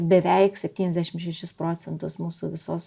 beveik septyniasdešim šešis procentus mūsų visos